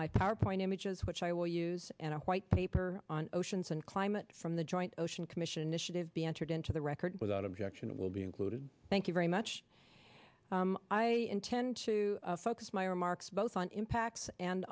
my power point images which i will use in a white paper on oceans and climate from the joint ocean commission issue to be entered into the record without objection it will be included thank you very much i intend to focus my remarks both on impacts and